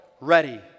ready